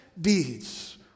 deeds